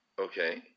Okay